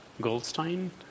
Goldstein